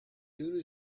soon